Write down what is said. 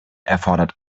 erfordert